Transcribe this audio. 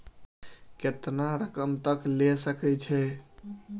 केतना रकम तक ले सके छै?